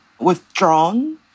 withdrawn